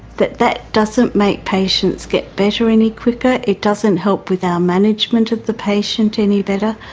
that that doesn't make patients get better any quicker, it doesn't help with our management of the patient any better.